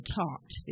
talked